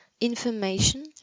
information